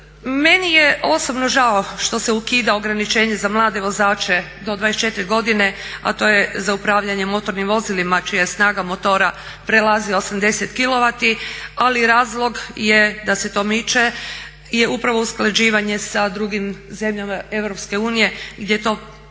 Meni je osobno žao što se ukida ograničenje za mlade vozače do 24 godine, a to je za upravljanje motornim vozilima čija snaga motora prelazi 80 kw, ali razlog da se to miče je upravo usklađivanje sa drugim zemljama Europske unije